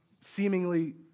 seemingly